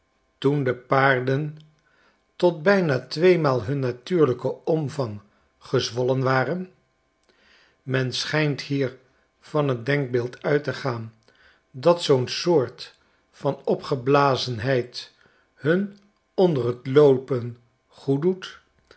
toen de paarden tot bijna tweemaal hun natuurlijken omvang gezwollen waren men schijnt hier van t denkbeeld uit te gaan dat zoo n soort van opgeblazenheid hun onder t loopen